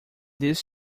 this